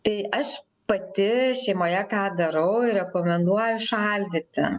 tai aš pati šeimoje ką darau rekomenduoju šaldyti